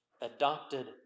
adopted